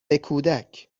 کودک